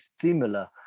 similar